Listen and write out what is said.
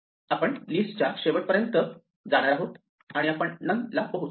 आपण लिस्टच्या शेवट पर्यंत जाणार आहोत आणि आपण नन ला पोहोचू